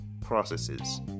processes